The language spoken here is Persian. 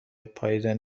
پائیدن